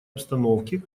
обстановки